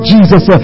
Jesus